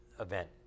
event